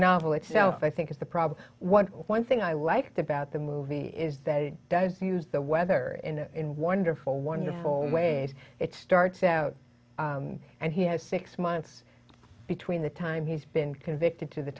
novel itself i think is the problem what one thing i liked about the movie is that it does use the weather in wonderful wonderful ways it starts out and he has six months between the time he's been convicted to the